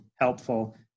helpful